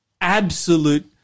absolute